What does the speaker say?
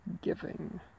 giving